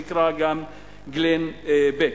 שנקרא גם גלן בק.